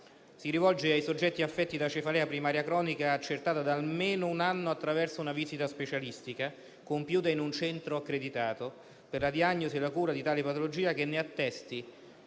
si rivolge ai soggetti affetti da cefalea primaria cronica accertata da almeno un anno, attraverso una visita specialistica compiuta in un centro accreditato per la diagnosi e la cura di tale patologia che ne attesti